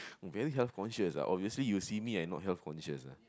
you very health conscious ah obviously you see me I not health conscious ah